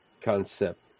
concept